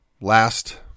last